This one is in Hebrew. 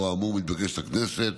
לאור האמור, מתבקשת הכנסת